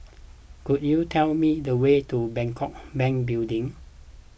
could you tell me the way to Bangkok Bank Building